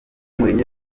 mourinho